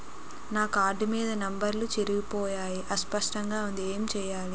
నా కార్డ్ మీద నంబర్లు చెరిగిపోయాయి అస్పష్టంగా వుంది ఏంటి చేయాలి?